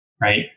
right